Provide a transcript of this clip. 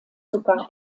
sogar